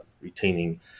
retaining